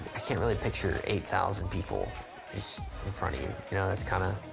i can't really picture eight thousand people just in front of you. you know, that's kinda